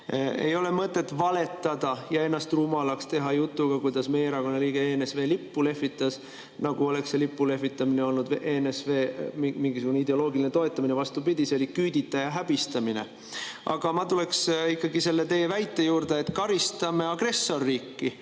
Ei ole mõtet valetada ja ennast rumalaks teha jutuga, kuidas meie erakonna liige ENSV lippu lehvitas, nagu oleks see lipu lehvitamine olnud ENSV mingisugune ideoloogiline toetamine. Vastupidi, see oli küüditaja häbistamine. Aga ma tuleksin ikkagi selle teie väite juurde, et karistame agressorriiki